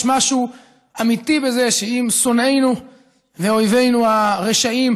יש משהו אמיתי בזה שאם שונאינו ואויבינו הרשעים